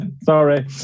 Sorry